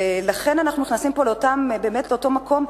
לכן אנחנו נכנסים פה לאותו מקום,